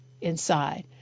inside